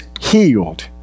healed